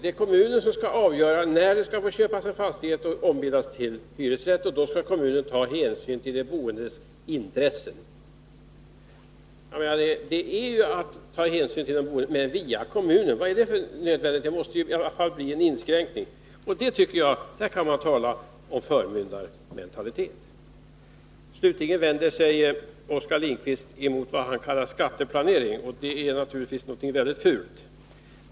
Det är kommunen som skall avgöra när en fastighet skall få köpas och ombildas till bostadsrätter, och då skall kommunen ta hänsyn till de boendes intressen. Varför är det nödvändigt att hänsynen till de boende skall tas via kommunen? Jag menar att det måste bli en inskränkning, och där kan man väl tala om förmyndarmentalitet. Slutligen vänder sig Oskar Lindkvist mot vad han kallar skatteplanering — och det är naturligtvis någonting väldigt fult!